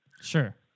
Sure